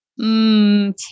Mmm